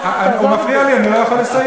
הוא מפריע לי, אני לא יכול לסיים.